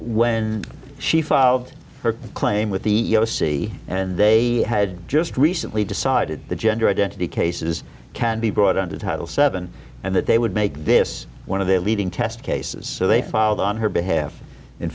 when she filed her claim with the c and they had just recently decided that gender identity cases can be brought under title seven and that they would make this one of the leading test cases so they filed on her behalf in